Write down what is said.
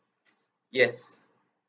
yes